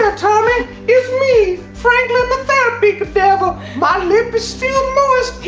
ah tommy. it's me, franklin the therapy cadaver. my lip is still